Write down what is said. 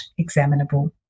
examinable